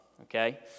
Okay